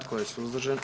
Tko je suzdržan?